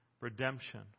redemption